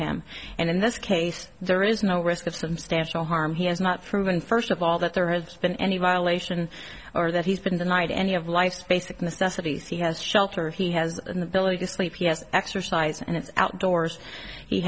him and in this case there is no risk of some staff to harm he has not proven first of all that there has been any violation or that he's been denied any of life's basic necessities he has shelter he has an ability to sleep yes exercise and it's outdoors he